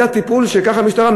זה הטיפול, ככה המשטרה?